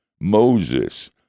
Moses